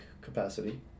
capacity